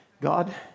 God